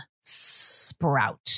sprout